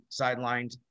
sidelined